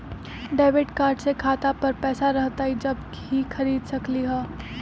Debit card से खाता पर पैसा रहतई जब ही खरीद सकली ह?